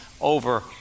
over